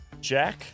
Jack